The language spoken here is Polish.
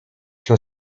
się